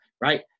right